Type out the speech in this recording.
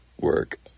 work